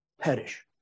perish